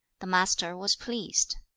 the master was pleased.